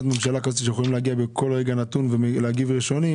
ממשלה כזאת שהם יכולים להגיע בכל רגע נתון ולהגיב ראשונים,